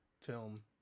film